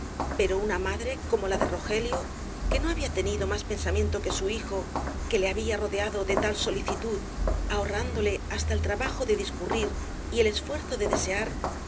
pero una madre como la de rogelio que no había tenido más pensamiento que su hijo que le había rodeado de tal solicitud ahorrándole hasta el trabajo de discurrir y el esfuerzo de desear